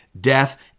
death